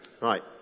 right